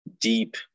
deep